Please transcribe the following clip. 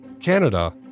Canada